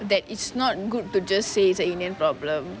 that is not good to just say the indian problem